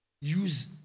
Use